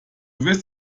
wirst